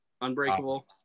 Unbreakable